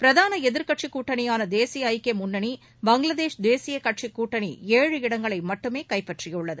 பிரதான எதிர்க்கட்சி கூட்டணியான தேசிய ஐக்கிய முன்னணி பங்களாதேஷ் தேசிய கட்சி கூட்டணி ஏழு இடங்களை மட்டுமே கைப்பற்றியுள்ளது